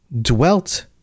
dwelt